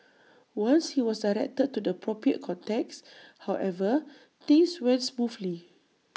once he was directed to the appropriate contacts however things went smoothly